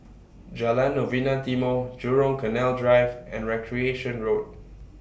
Jalan Novena Timor Jurong Canal Drive and Recreation Road